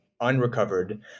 unrecovered